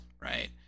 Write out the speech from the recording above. right